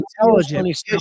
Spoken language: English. intelligent